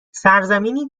سرزمینی